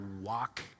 walk